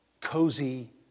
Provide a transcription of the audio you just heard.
cozy